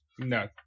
No